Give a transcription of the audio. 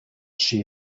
she